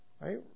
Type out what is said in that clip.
right